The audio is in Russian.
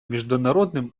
международным